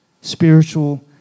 Spiritual